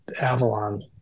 Avalon